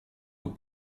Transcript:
aux